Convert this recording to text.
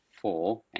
four